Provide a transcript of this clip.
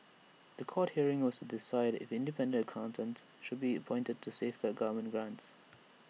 The Court hearing was to decide if independent accountants should be appointed to safeguard government grants